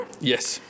Yes